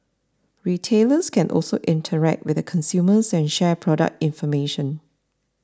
retailers can also interact with the consumers and share product information